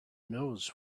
knows